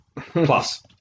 Plus